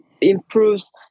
improves